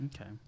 Okay